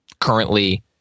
currently